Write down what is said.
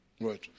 right